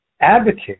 advocate